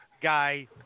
guy